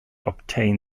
obtain